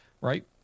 Right